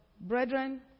Brethren